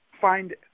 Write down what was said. find